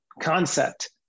Concept